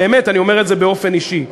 באמת, אני אומר את זה באופן אישי.